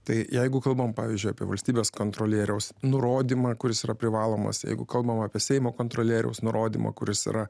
tai jeigu kalbam pavyzdžiui apie valstybės kontrolieriaus nurodymą kuris yra privalomas jeigu kalbama apie seimo kontrolieriaus nurodymą kuris yra